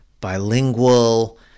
bilingual